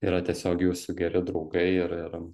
yra tiesiog jūsų geri draugai ir ir